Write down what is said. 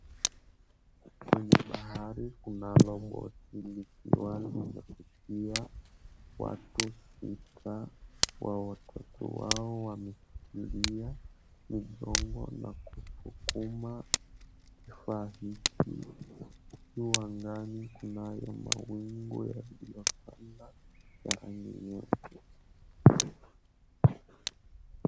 Kwenye bahari kunalo boti likiwa limepakia watu sita, watatu wao wameshikilia migogo na kusukuma kifaa hiki. Juu angani kunayo mawingu yaliyotanda ya rangi nyeupe.